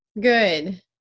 Good